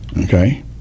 Okay